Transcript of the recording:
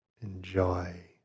enjoy